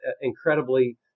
incredibly